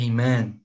Amen